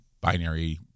binary